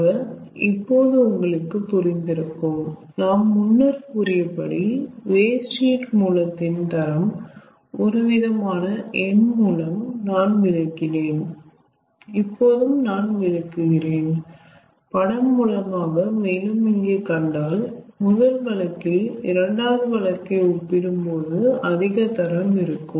ஆக இப்போது உங்களுக்கு புரிந்து இருக்கும் நாம் முன்னர் கூறியபடி வேஸ்ட் ஹீட் மூலத்தின் தரம் ஒரு விதமான எண் மூலம் நான் விளக்கினேன் இப்போதும் நான் விளக்குகிறேன் படம் மூலமாக மேலும் இங்கே கண்டால் முதல் வழக்கில் இரண்டாவது வழக்கை ஒப்பிடும் போது அதிக தரம் இருக்கும்